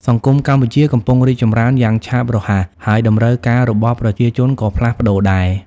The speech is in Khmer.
សង្គមកម្ពុជាកំពុងរីកចម្រើនយ៉ាងឆាប់រហ័ស ហើយតម្រូវការរបស់ប្រជាជនក៏ផ្លាស់ប្តូរដែរ។